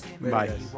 Bye